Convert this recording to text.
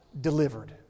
delivered